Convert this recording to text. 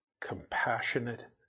compassionate